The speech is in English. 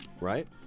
Right